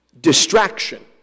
distraction